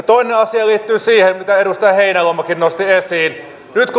toinen asia liittyy siihen mitä edustaja heinäluomakin nosti esiin